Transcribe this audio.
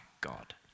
God